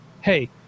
hey